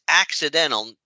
accidental